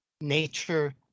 nature